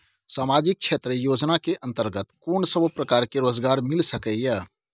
सामाजिक क्षेत्र योजना के अंतर्गत कोन सब प्रकार के रोजगार मिल सके ये?